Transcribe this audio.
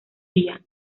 día